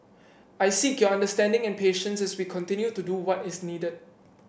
I seek your understanding and patience as we continue to do what is needed